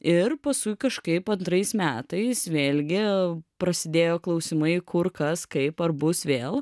ir paskui kažkaip antrais metais vėlgi prasidėjo klausimai kur kas kaip ar bus vėl